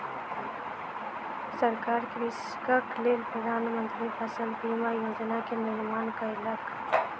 सरकार कृषकक लेल प्रधान मंत्री फसल बीमा योजना के निर्माण कयलक